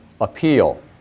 appeal